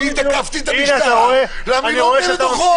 אני תקפתי את המשטרה למה היא לא אוכפת את החוק -- הינה,